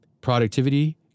productivity